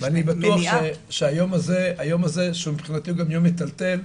ואני בטוח שהיום הזה, שהוא מבחינתי גם יום מטלטל,